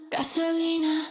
Gasolina